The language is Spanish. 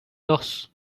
dos